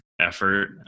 effort